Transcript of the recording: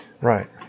Right